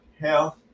health